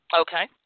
Okay